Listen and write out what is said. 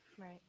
Right